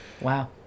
Wow